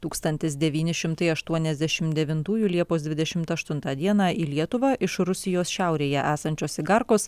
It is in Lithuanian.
tūkstantis devyni šimtai aštuoniasdešim devintųjų liepos dvidešimt aštuntą dieną į lietuvą iš rusijos šiaurėje esančios igarkos